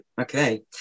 Okay